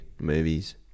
movies